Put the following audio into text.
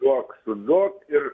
duok duok ir